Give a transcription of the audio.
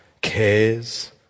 cares